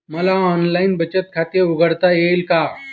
मला ऑनलाइन बचत खाते उघडता येईल का?